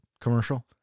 commercial